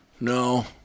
No